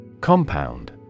Compound